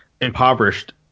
impoverished